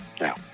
Now